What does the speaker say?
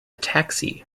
taxi